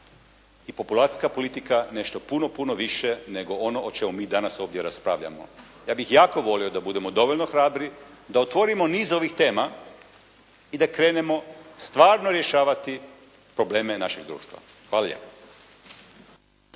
i populacijska politika nešto puno, puno više nego ono o čemu mi danas ovdje raspravljamo. Ja bih jako volio da budemo dovoljno hrabri da otvorimo niz ovih tema i da krenemo stvarno rješavati probleme našeg društva. Hvala lijepo.